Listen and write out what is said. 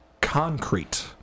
concrete